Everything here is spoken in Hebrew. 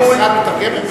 המשרד מתקצב?